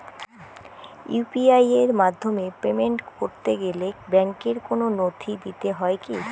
UPI এর মাধ্যমে payment করতে গেলে ব্যাংকের কোন নথি দিতে হয় কি?